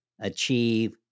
achieve